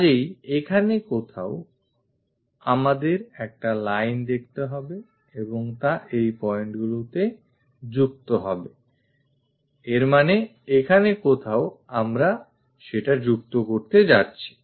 কাজেই এখানে কোথাও আমাদের একটা line দেখতে হবে এবং তা এই pointগুলোতে যুক্ত হবে এর মানে এখানে কোথাও আমরা সেটা যুক্ত করতে যাচ্ছি